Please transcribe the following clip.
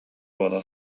буола